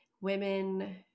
women